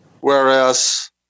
Whereas